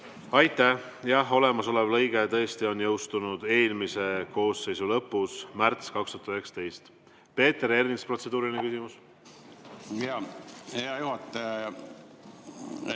Aitäh! Jah, olemasolev lõige tõesti on jõustunud eelmise Riigikogu koosseisu lõpus, märtsis 2019. Peeter Ernits, protseduuriline küsimus.